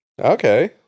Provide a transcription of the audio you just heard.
Okay